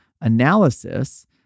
analysis